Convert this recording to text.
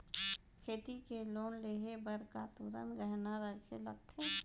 खेती के लोन लेहे बर का तुरंत गहना रखे लगथे?